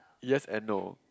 yes and no